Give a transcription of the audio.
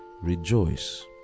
rejoice